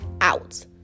out